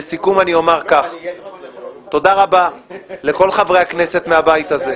לסיכום אני אומר כך: תודה רבה לכל חברי הכנסת מהבית הזה,